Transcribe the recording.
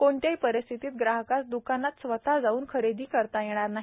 कोणत्याही परिस्थितीत ग्राहकास द्कानात स्वतः जाऊन खरेदी करता येणार नाही